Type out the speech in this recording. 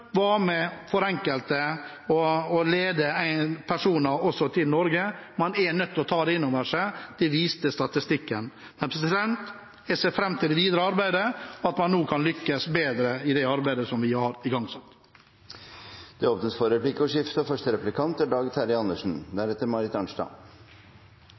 var i seg selv med på å lede enkelte personer til Norge. Man er nødt til å ta det innover seg. Det viste statistikken. Jeg ser fram til det videre arbeidet, og at vi nå kan lykkes bedre i det arbeidet som vi har igangsatt. Det blir replikkordskifte. Representanten Nesvik la stor vekt på flyktningsituasjonen, og det er